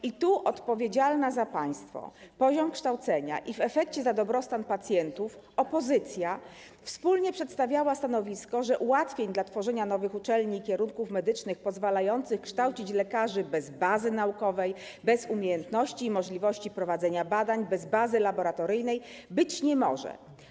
I tu odpowiedzialna za państwo, za poziom kształcenia i w efekcie za dobrostan pacjentów opozycja wspólnie przedstawiała stanowisko, że ułatwień dla tworzenia nowych uczelni i kierunków medycznych pozwalających kształcić lekarzy bez bazy naukowej, bez umiejętności i możliwości prowadzenia badań, bez bazy laboratoryjnej być nie może.